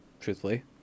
truthfully